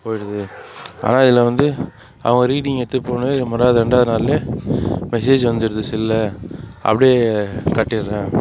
போகிடுது ஆனால் இதில் வந்து அவங்க ரீடிங் எடுத்துகிட்டு போனோனா மறாவது ரெண்டு நாளில் மெசேஜ் வந்துடுது செல்லில் அப்படியே கட்டிடுறேன்